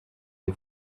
des